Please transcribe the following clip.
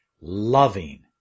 loving